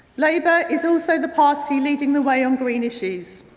labour is also the party leading the way on green issues.